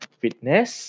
fitness